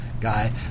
guy